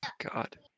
god